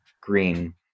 green